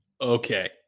Okay